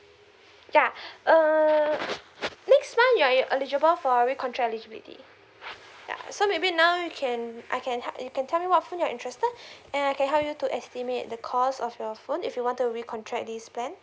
yeah err next month you are eligible for recontract eligibility yeah so maybe now you can I can he~ you can tell me what phone you are interested and I can help you to estimate the cost of your phone if you want to recontract this plan